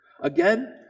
Again